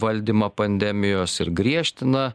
valdymą pandemijos ir griežtina